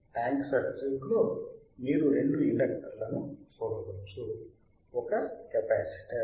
tank సర్క్యూట్లో మీరు రెండు ఇండక్తర్లను చూడవచ్చు ఒక కెపాసిటర్